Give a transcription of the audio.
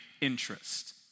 interest